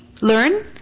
learn